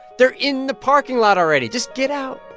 they're in the parking lot already. just get out